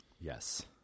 Yes